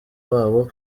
wabo